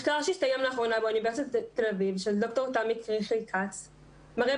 מחקר שהסתיים לאחרונה באוניברסיטת תל אביב של ד"ר תמי קריכלי כץ מראה,